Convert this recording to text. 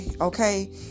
okay